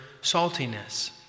saltiness